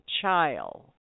child